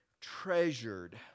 treasured